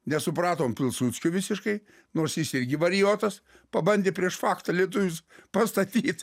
nesupratom pilsudskio visiškai nors jis irgi varijotas pabandė prieš faktą lietuvius pastatyt